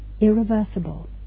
irreversible